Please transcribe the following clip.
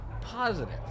positive